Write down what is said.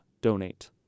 donate